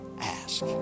ask